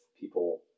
people